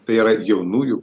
tai yra jaunųjų